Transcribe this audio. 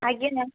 ଆଜ୍ଞା